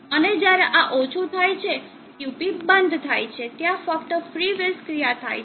અને જ્યારે આ ઓછું થાય છે QP બંધ થાય છે ત્યાં ફક્ત ફ્રી વ્હિલિંગ ક્રિયા થાય છે